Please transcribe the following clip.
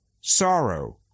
sorrow